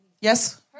Yes